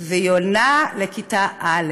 והיא עולה לכיתה א'.